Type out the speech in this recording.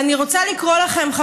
אז אני רוצה לקרוא לכם,